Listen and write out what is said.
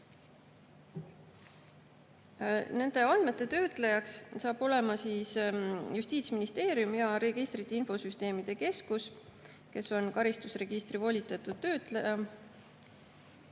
eraldi. Andmete töötlejaks saab olema Justiitsministeerium, Registrite ja Infosüsteemide Keskus, kes on karistusregistri volitatud töötleja.